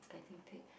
getting paid